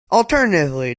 alternatively